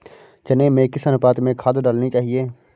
चने में किस अनुपात में खाद डालनी चाहिए?